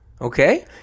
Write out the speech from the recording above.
Okay